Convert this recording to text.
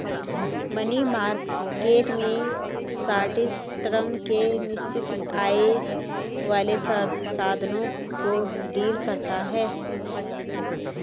money market में short term के निश्चित आय वाले साधनों को डील करता है